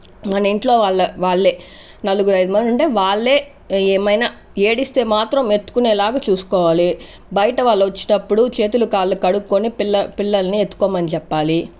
మన ఇంట్లో వాళ్లే నలుగురైదుగురు మంది ఉంటే వాళ్లే ఏమైనా ఏడిస్తే మాత్రం ఎత్తుకునేలాగా చూసుకోవాలి బయట వాళ్ళు వచ్చినప్పుడు చేతులు కాళ్లు కడుక్కునే పిల్ల పిల్ల పిల్లల్ని ఎత్తుకోమని చెప్పాలి